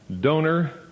donor